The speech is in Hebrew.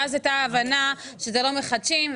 ואז הייתה הבנה שלא מחדשים,